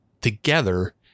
together